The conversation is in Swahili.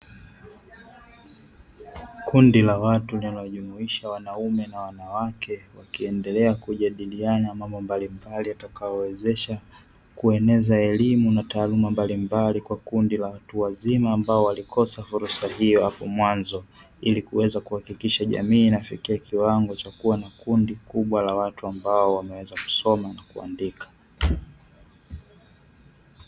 Kundi la watu linalojumuisha wanaume na wanawake wakijadiliana mambo mbalimbali yatakayowawezesha kueneza elimu na taaluma mbalimbali kwa kundi la watu wazima ambao walikosa fursa hii hapo mwanzo ili kuweza kuhakikisha jamii inafikia kiwango cha kuwa na kundi kubwa la watu ambao wanaweza kusoma na kuandika.